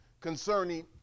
concerning